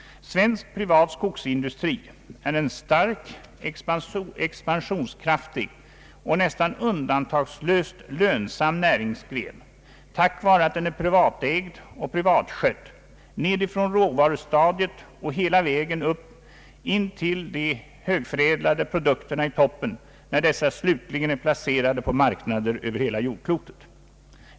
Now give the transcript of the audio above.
Svensk privat skogsindustri är en stark, expansionskraftig och nästan undantagslöst lönsam näringsgren, tack vare att den är privatägd och privatskött nedifrån råvarustadiet och hela vägen upp ända till de högförädlade produkterna i toppen, när dessa slutligen är placerade på marknader över hela jordklotet.